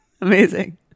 amazing